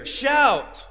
shout